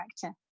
character